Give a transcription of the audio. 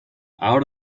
out